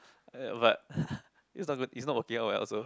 but it's not it's not working out well also